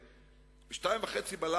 ב-02:30,